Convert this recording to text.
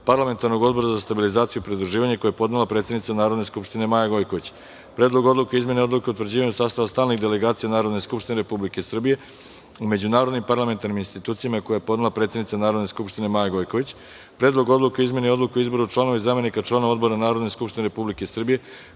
Parlamentarnog odbora za stabilizaciju i pridruživanje, koji je podnela predsednica Narodne skupštine Maja Gojković; Predlog odluke o izmeni Odluke o utvrđivanju sastava stalnih delegacija Narodne skupštine Republike Srbije u međunarodnim parlamentarnim institucijama, koji je podnela predsednica Narodne skupštine Maja Gojković; Predlog odluke o izmeni Odluke o izboru članova i zamenika članova Odbora Narodne skupštine Republike Srbije,